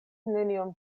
nenion